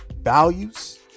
values